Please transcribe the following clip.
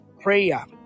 prayer